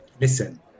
listen